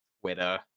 Twitter